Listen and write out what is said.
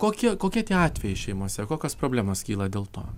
kokie kokie tie atvejai šeimose kokios problemos kyla dėl to